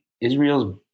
Israel's